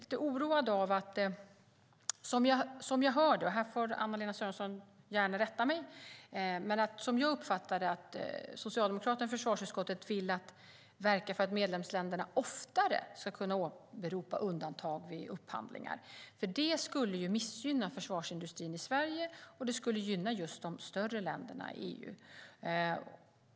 Som jag uppfattar det - och oroas lite över, men här får Anna-Lena Sörenson gärna rätta mig - vill socialdemokraterna i försvarsutskottet verka för att medlemsländerna oftare ska kunna åberopa undantag vid upphandlingar. Det skulle ju missgynna försvarsindustrin i Sverige och gynna de större länderna i EU.